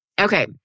Okay